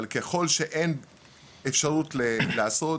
אבל ככל שאין אפשרות לעשות,